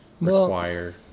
require